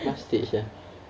last stage ya